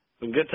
good